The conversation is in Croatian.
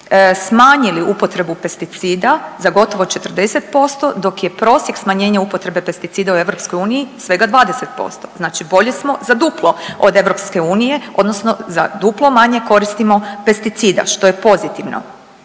smanjili upotrebu pesticida za gotovo 40% dok je prosjek smanjenja upotrebe pesticida u EU svega 20%, znači bolji smo za duplo od EU odnosno za duplo manje koristimo pesticida što je pozitivno.